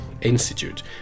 institute